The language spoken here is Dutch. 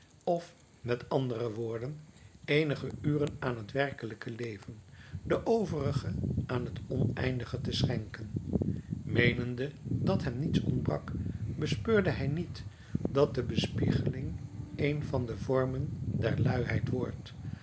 of met andere woorden eenige uren aan het werkelijke leven de overige aan het oneindige te schenken meenende dat hem niets ontbrak bespeurde hij niet dat de bespiegeling een van de vormen der luiheid wordt